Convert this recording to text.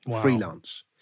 freelance